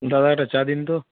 দাদা একটা চা দিন তো